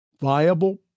viable